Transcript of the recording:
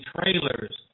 trailers